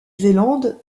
zélande